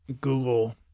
Google